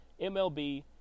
MLB